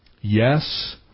Yes